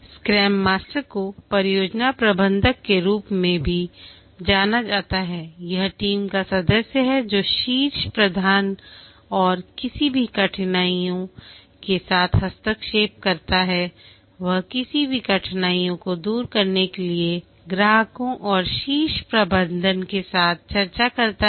scrum master को परियोजना प्रबंधक के रूप में भी जाना जाता है वह टीम का सदस्य है जो शीर्ष प्रबंधन और किसी भी कठिनाइयों के साथ हस्तक्षेप करता है वह किसी भी कठिनाइयों को दूर करने के लिए ग्राहकों और शीर्ष प्रबंधन के साथ चर्चा करता है